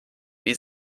wie